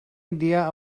idea